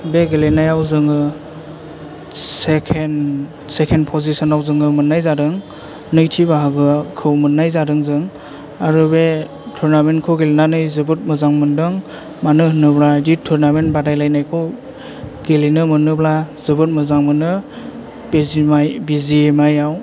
बे गेलेनायाव जोङो सेकेन्ड फजिसनाव जोङो मोननाय जादों नैथि बाहागोआखौ मोननाय जादों जों आरो बे थरनामेन्थखौ गेलेनानै जोबोद मोजां मोन्दों मानो होनोब्ला बिदि थरनामेन्थ बादायलायनायखौ गेलेनो मोनोब्ला जोबोद मोजां मोनो बि जि एम आइ आव